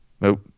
nope